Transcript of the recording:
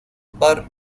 par